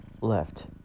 left